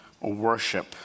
worship